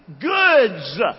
goods